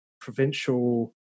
provincial